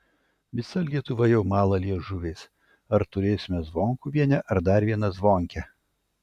visa lietuva jau mala liežuviais ar turėsime zvonkuvienę ar dar vieną zvonkę